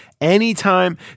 anytime –